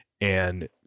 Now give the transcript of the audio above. and-